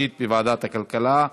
לוועדת הכלכלה נתקבלה.